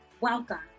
welcome